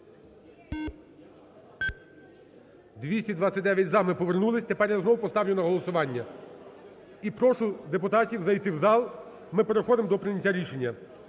За-229 Ми повернулись. Тепер я знов поставлю на голосування. І прошу депутатів зайти в зал, ми переходимо до прийняття рішення.